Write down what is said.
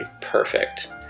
perfect